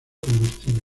combustible